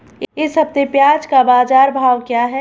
इस हफ्ते प्याज़ का बाज़ार भाव क्या है?